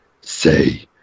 say